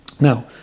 Now